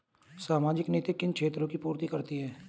सामाजिक नीति किन क्षेत्रों की पूर्ति करती है?